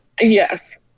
yes